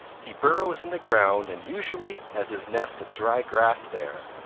he burrows in the ground and usually has his nest of dry grass there,